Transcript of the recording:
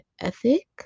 ethic